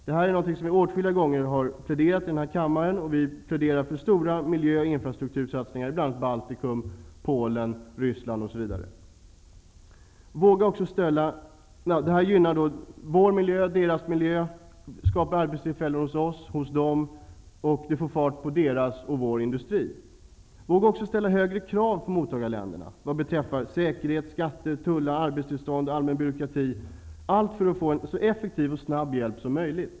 Vi har åtskilliga gånger i denna kammare pläderat för detta, bl.a. för stora miljö och infrastruktursatsningar i Baltikum, Polen, Ryssland osv. Det gynnar både deras och vår miljö. Det skapar arbetstillfällen hos dem och hos oss. Det får fart på deras och vår industri. Våga också ställa större krav på mottagarländerna vad beträffar säkerhet, skatter, tullar, arbetstillstånd och allmän byråkrati, allt för att få en så effektiv och snabb hjälp som möjligt.